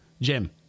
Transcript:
Jim